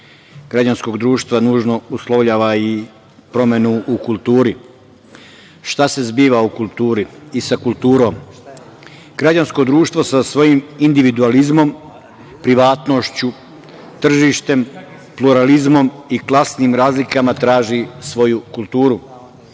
građanskog društva nužno uslovljava i promenu u kulturi. Šta se zbiva u kulturi i sa kulturom? Građansko društvo sa svojim individualizmom, privatnošću, tržištem, pluralizmom i klasnim razlikama traži svoju kulturu.